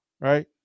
Right